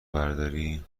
برداری